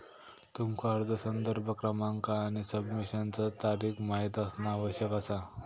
तुमका अर्ज संदर्भ क्रमांक आणि सबमिशनचा तारीख माहित असणा आवश्यक असा